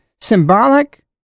Symbolic